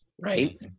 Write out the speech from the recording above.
right